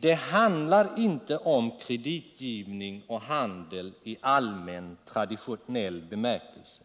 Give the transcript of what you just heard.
Det handlar inte om kreditgivning och handel i allmän, traditionell bemärkelse,